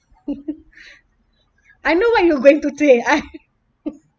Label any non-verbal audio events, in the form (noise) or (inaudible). (laughs) I know what you going to say I